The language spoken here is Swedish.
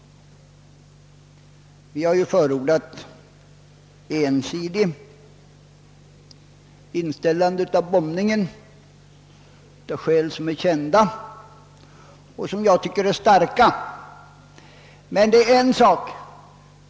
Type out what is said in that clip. Vi har av kända och enligt min mening starka skäl förordat ett ensidigt inställande av bombningen, men detta är en sak.